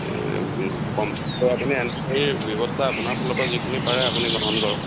কম্প্লেনটো আপুনি এণ্ট্ৰী কৰি ব্যৱস্থা আপোনাৰ ফালৰ পৰা যিখিনি পাৰে আপুনি গ্ৰহণ কৰক